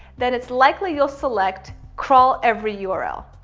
then it's likely you'll select crawl every yeah url.